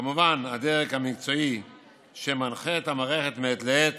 כמובן הדרג המקצועי שמנחה את המערכת מעת לעת